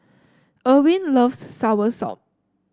Irwin loves soursop